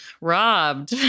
Robbed